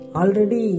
already